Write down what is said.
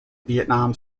vietnam